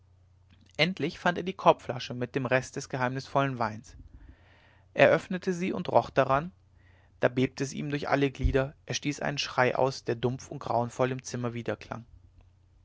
endlich fand er die korbflasche mit dem rest des geheimnisvollen weins er öffnete sie und roch daran da bebte es ihm durch alle glieder er stieß einen schrei aus der dumpf und grauenvoll im zimmer